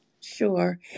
Sure